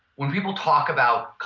when people talk about,